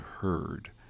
heard